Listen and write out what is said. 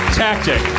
tactic